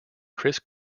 chris